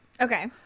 Okay